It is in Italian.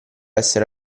essere